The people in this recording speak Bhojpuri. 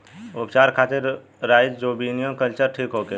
उपचार खातिर राइजोबियम कल्चर ठीक होखे?